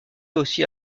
aussi